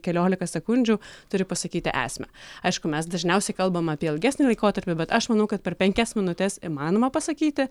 keliolika sekundžių turi pasakyti esmę aišku mes dažniausiai kalbam apie ilgesnį laikotarpį bet aš manau kad per penkias minutes įmanoma pasakyti